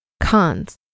Cons